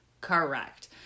Correct